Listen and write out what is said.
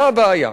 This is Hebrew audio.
מה הבעיה?